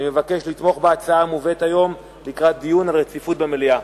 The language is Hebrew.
אני מבקש לתמוך בהצעה המובאת היום לקראת דיון על רציפות במליאה.